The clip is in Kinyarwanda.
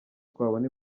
twabona